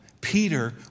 Peter